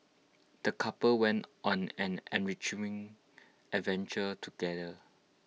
the couple went on an enriching adventure together